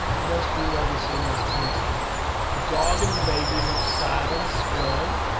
what else do you notice in this painting the dog and the baby look sad and scared.